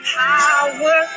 power